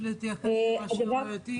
מאוד חשוב להתייחס למה שהיא אומרת.